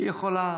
היא יכולה